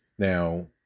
Now